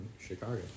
Chicago